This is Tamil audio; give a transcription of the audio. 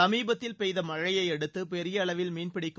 சமீபத்தில் பெய்த மழையை அடுத்து பெரிய அளவில் மீன் பிடிக்கும்